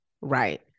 Right